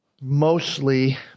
Mostly